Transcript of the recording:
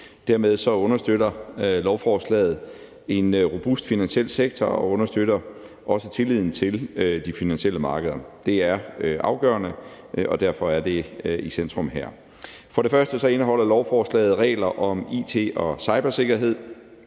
Dermed understøtter lovforslaget en robust finansiel sektor og understøtter også tilliden til de finansielle markeder. Det er afgørende, og derfor er det i centrum her. For det første indeholder lovforslaget regler om it- og cybersikkerhed.